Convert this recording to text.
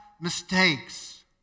mistakes